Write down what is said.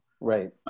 Right